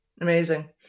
Amazing